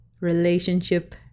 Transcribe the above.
relationship